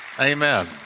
Amen